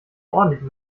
ordentliche